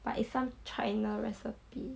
but it's some china recipe